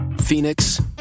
Phoenix